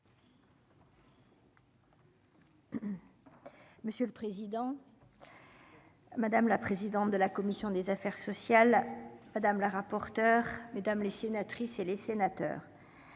Monsieur le président. Madame la présidente de la commission des affaires sociales. Madame la rapporteure mesdames les sénatrices et les sénateurs.